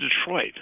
Detroit